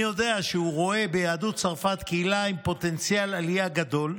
אני יודע שהוא רואה ביהדות צרפת קהילה עם פוטנציאל עלייה גדול.